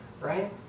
right